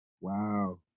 Wow